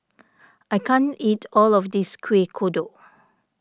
I can't eat all of this Kuih Kodok